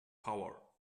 power